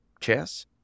Chess